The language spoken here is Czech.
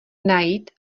najít